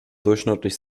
durchschnittlich